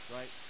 Right